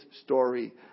story